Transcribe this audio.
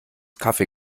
kaffee